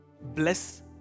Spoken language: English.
bless